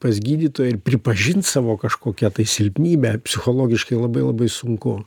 pas gydytoją ir pripažint savo kažkokią tai silpnybę psichologiškai labai labai sunku